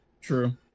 True